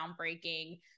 groundbreaking